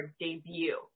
debut